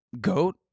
goat